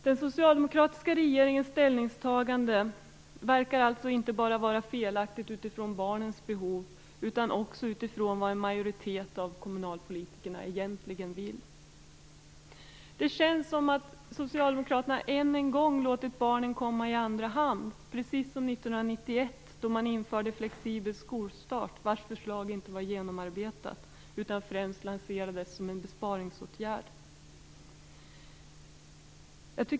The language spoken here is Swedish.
Den socialdemokratiska regeringens ställningstagande verkar alltså inte bara vara felaktigt utifrån barnens behov utan också utifrån vad en majoritet av kommunalpolitikerna egentligen vill. Det känns som om socialdemokraterna än en gång låtit barnen komma i andra hand, precis som 1991, då man införde en flexibel skolstart med ett förslag som inte var genomarbetet utan främst lanserades som en besparingsåtgärd.